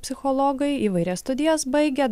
psichologai įvairias studijas baigę